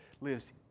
lives